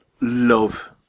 love